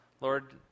Lord